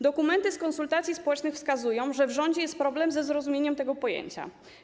Dokumenty z konsultacji społecznych wskazują, że w rządzie jest problem ze zrozumieniem tego pojęcia.